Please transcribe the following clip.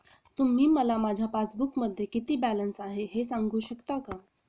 तुम्ही मला माझ्या पासबूकमध्ये किती बॅलन्स आहे हे सांगू शकता का?